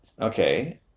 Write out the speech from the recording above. Okay